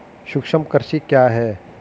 सूक्ष्म कृषि क्या है?